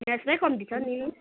म्याथमै कम्ती छ नि